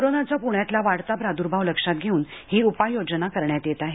कोरोनाचा प्ण्यातला वाढता फैलाव लक्षात घेऊन ही उपाय योजना करण्यात येत आहे